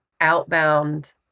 outbound